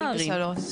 אנחנו לא ממהרים.